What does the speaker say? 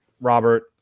robert